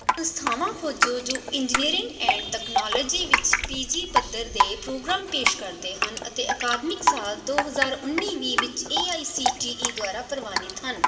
ਸੰਸਥਾਵਾਂ ਖੋਜੋ ਜੋ ਇੰਜੀਨੀਅਰਿੰਗ ਐਂਡ ਤਕਨਾਲੋਜੀ ਵਿੱਚ ਪੀ ਜੀ ਪੱਧਰ ਦੇ ਪ੍ਰੋਗਰਾਮ ਪੇਸ਼ ਕਰਦੇ ਹਨ ਅਤੇ ਅਕਾਦਮਿਕ ਸਾਲ ਦੋ ਹਜ਼ਾਰ ਉੱਨੀ ਵੀਹ ਵਿੱਚ A I C T E ਦੁਆਰਾ ਪ੍ਰਵਾਨਿਤ ਹਨ